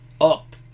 up